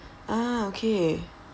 ah okay